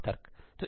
समान तर्क